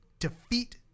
Defeat